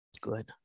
Good